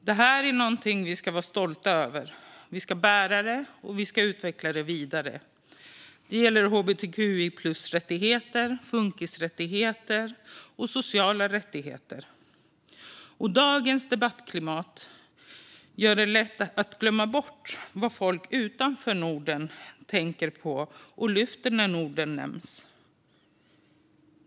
Det här är någonting vi ska vara stolta över. Vi ska bära det och utveckla det vidare. Det gäller hbtqi-plus-rättigheter, funkisrättigheter och sociala rättigheter. Dagens debattklimat gör det lätt att glömma bort vad folk utanför Norden tänker på och lyfter när Norden nämns.